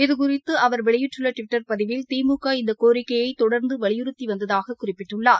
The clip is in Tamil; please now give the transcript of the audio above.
இதுகுறித்து அவர் வெளியிட்டுள்ள டுவிட்டர் பதிவில் திமுக இந்த னோரிக்கையை தொடர்ந்து வலியுறுத்தி வந்ததாக குறிப்பிட்டுள்ளார்